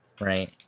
right